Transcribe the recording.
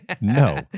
No